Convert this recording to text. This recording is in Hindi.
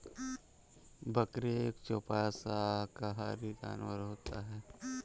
बकरी एक चौपाया शाकाहारी जानवर होता है